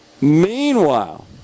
Meanwhile